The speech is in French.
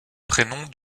prénom